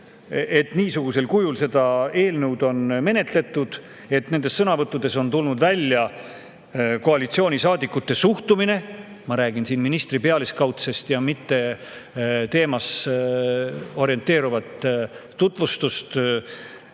et niisugusel kujul seda eelnõu on menetletud, et sõnavõttudes on tulnud välja koalitsioonisaadikute [ükskõikne] suhtumine. Ma [pean silmas] ministri pealiskaudset ja mitte teemas orienteerunud tutvustust